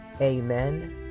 amen